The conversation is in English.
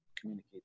communicate